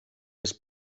des